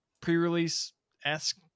pre-release-esque